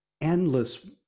endless